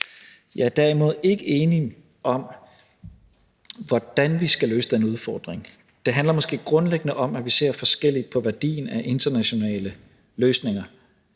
Jeg er derimod ikke enig i, hvordan vi skal løse den udfordring. Det handler måske grundlæggende om, at vi ser forskelligt på værdien af internationale løsninger.